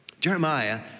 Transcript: Jeremiah